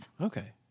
Okay